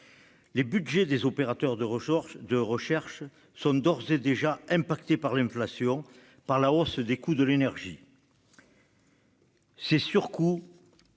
Les budgets des opérateurs de recherche sont d'ores et déjà touchés par l'inflation et par la hausse des coûts de l'énergie. Ces surcoûts